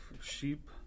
sheep